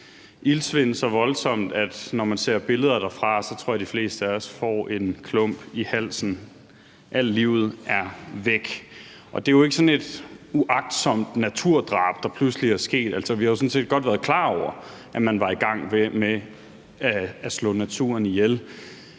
iltsvind så voldsomt, at når man ser billeder derfra, tror jeg de fleste af os får en klump i halsen. Alt livet er væk. Det er jo ikke sådan et uagtsomt naturdrab, der pludselig er sket. Vi har jo sådan set godt været klar over, at man var i gang med at slå naturen ihjel.